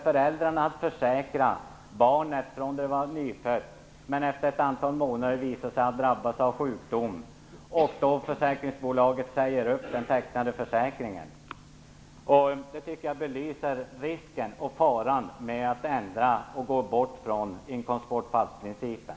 Föräldrarna hade försäkrat barnet från det att det var nyfött. Men efter ett antal månader visade det sig att barnet hade drabbats av sjukdom. Då sade försäkringsbolaget upp den tecknade försäkringen. Detta belyser faran med att frångå inkomstbortfallsprincipen.